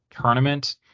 tournament